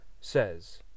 says